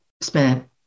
spent